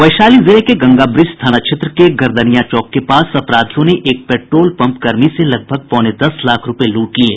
वैशाली जिले के गंगाब्रिज थाना क्षेत्र के गरदनिया चौक के पास अपराधियों ने एक पेट्रोल पंप कर्मी से लगभग पौने दस लाख रूपये लूट लिये